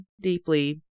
deeply